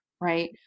Right